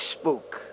spook